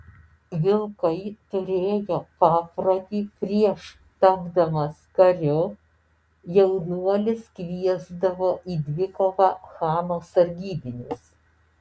vilkai turėjo paprotį prieš tapdamas kariu jaunuolis kviesdavo į dvikovą chano sargybinius